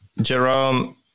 Jerome